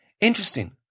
Interesting